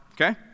Okay